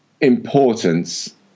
importance